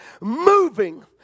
moving